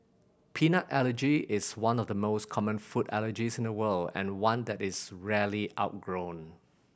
peanut allergy is one of the most common food allergies in the world and one that is rarely outgrown